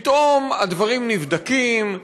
פתאום הדברים נבדקים,